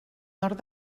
nord